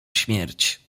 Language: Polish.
śmierć